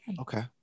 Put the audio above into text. Okay